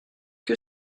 que